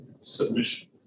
submission